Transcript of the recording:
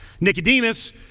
Nicodemus